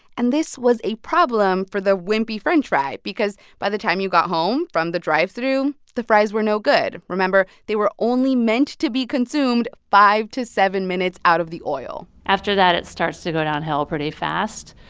and this was a problem for the wimpy french fry because by the time you got home from the drive-through, the fries were no good. remember they were only meant to be consumed five to seven minutes out of the oil after that, it starts to go downhill pretty fast.